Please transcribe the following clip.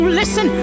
listen